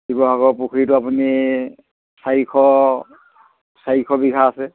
শিৱসাগৰ পুখুৰীটো আপুনি চাৰিশ চাৰিশ বিঘা আছে